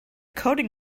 coding